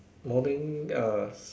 morning ah